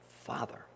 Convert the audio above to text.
Father